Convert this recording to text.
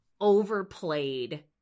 overplayed